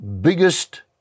biggest